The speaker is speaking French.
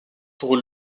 pour